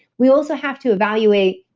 we also have to evaluate,